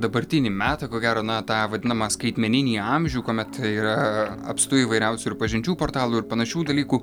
dabartinį metą ko gero na tą vadinamą skaitmeninį amžių kuomet yra apstu įvairiausių ir pažinčių portalų ir panašių dalykų